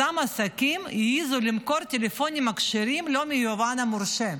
אותם עסקים העזו למכור טלפונים כשרים לא מהיבואן המורשה.